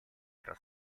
fra